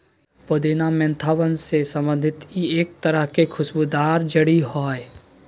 पुदीना मेंथा वंश से संबंधित ई एक तरह के खुशबूदार जड़ी हइ